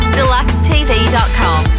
deluxetv.com